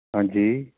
ਹਾਂਜੀ